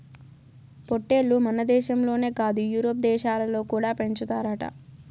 పొట్టేల్లు మనదేశంలోనే కాదు యూరోప్ దేశాలలో కూడా పెంచుతారట